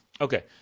Okay